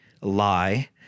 lie